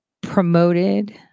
promoted